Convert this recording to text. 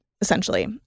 essentially